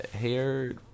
hair